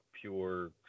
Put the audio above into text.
pure